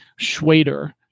Schwader